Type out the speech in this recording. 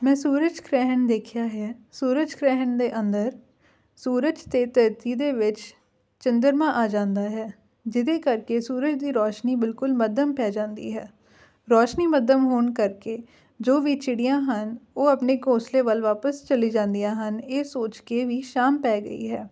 ਮੈਂ ਸੂਰਜ ਗ੍ਰਹਿਣ ਦੇਖਿਆ ਹੈ ਸੂਰਜ ਗ੍ਰਹਿਣ ਦੇ ਅੰਦਰ ਸੂਰਜ ਅਤੇ ਧਰਤੀ ਦੇ ਵਿੱਚ ਚੰਦਰਮਾ ਆ ਜਾਂਦਾ ਹੈ ਜਿਹਦੇ ਕਰਕੇ ਸੂਰਜ ਦੀ ਰੌਸ਼ਨੀ ਬਿਲਕੁਲ ਮੱਧਮ ਪੈ ਜਾਂਦੀ ਹੈ ਰੋਸ਼ਨੀ ਮੱਧਮ ਹੋਣ ਕਰਕੇ ਜੋ ਵੀ ਚਿੜੀਆਂ ਹਨ ਉਹ ਆਪਣੇ ਘੌਂਸਲੇ ਵੱਲ ਵਾਪਸ ਚਲੀ ਜਾਂਦੀਆਂ ਹਨ ਇਹ ਸੋਚ ਕੇ ਵੀ ਸ਼ਾਮ ਪੈ ਗਈ ਹੈ